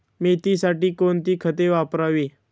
मेथीसाठी कोणती खते वापरावी?